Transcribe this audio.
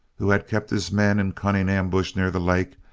who had kept his men in cunning ambush near the lake,